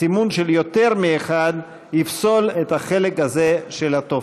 סימון של יותר מאחד יפסול את החלק הזה של הטופס.